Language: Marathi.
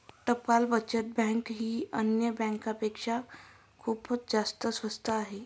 टपाल बचत बँक ही अन्य बँकांपेक्षा खूपच जास्त स्वस्त असते